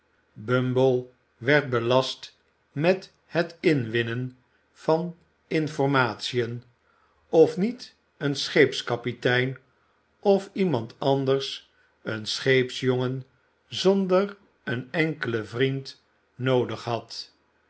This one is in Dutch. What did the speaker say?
bumble werd belast met het inwinnen van informatiën of niet een scheepskapitein of iemand anders een scheepsjongen zonder een enkelen vriend noodig had